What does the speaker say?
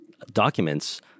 documents